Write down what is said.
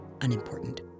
unimportant